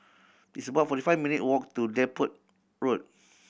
it's about forty five minute walk to Deptford Road